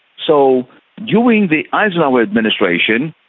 so during the eisenhower administration,